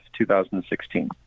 2016